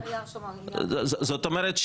זאת אומרת,